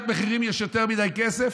לכן בעליות המחירים יש יותר מדי כסף?